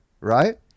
right